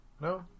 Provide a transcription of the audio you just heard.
No